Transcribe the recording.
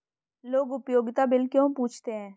लोग उपयोगिता बिल क्यों पूछते हैं?